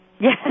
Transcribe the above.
Yes